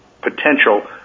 potential